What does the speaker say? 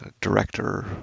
director